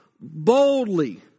boldly